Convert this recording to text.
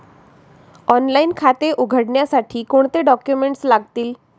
Online खाते उघडण्यासाठी कोणते डॉक्युमेंट्स लागतील?